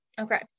okay